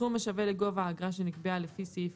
סכום השווה לגובה האגרה שנקבעה לפי סעיף